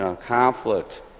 conflict